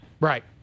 Right